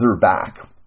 back